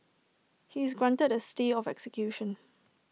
he is granted A stay of execution